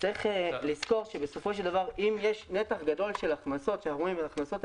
צריך לזכור שבסופו של דבר אם יש נתח גדול של הכנסות שלא נספרות,